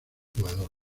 jugador